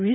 V